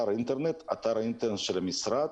"אתר האינטרנט" אתר האינטרנט של המשרד,